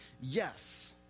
Yes